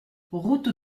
route